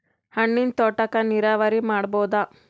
ಹಣ್ಣಿನ್ ತೋಟಕ್ಕ ನೀರಾವರಿ ಮಾಡಬೋದ?